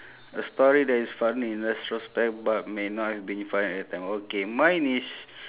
a story that is funny in retrospect but may not have been funny at that time okay mine is